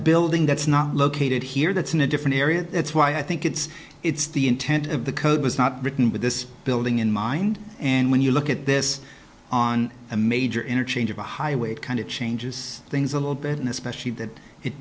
building that's not located here that's in a different area that's why i think it's it's the intent of the code was not written with this building in mind and when you look at this on a major interchange of a highway it kind of changes things a little bit and especially that it